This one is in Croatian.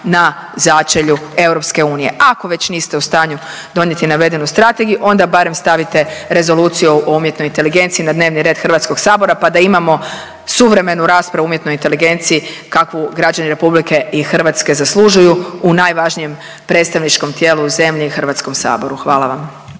na začelju EU. Ako već niste u stanju donijeti navedenu strategiju onda barem stavite Rezoluciju o umjetnoj inteligenciji na dnevni red HS-a pa da imamo suvremenu raspravu o umjetnoj inteligenciji kakvu građani Republike i Hrvatske zaslužuju u najvažnijem predstavničkom tijelu u zemlji HS-u. Hvala vam.